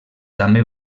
també